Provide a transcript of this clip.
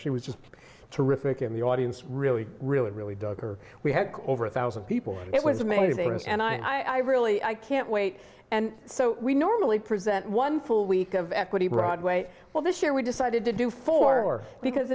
she was just terrific in the audience really really really dug her we had over a thousand people it was amazing us and i i really i can't wait and so we normally present one full week of equity broadway well this year we decided to do four because